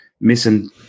missing